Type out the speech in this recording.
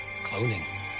Cloning